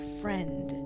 friend